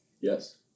Yes